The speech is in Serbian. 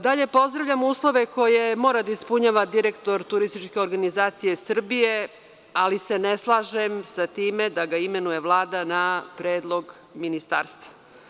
Dalje, pozdravljam uslove koje mora da ispunjava direktor turističkih organizacija Srbije, ali se ne slažem sa time da ga imenuje Vlada na predlog ministarstva.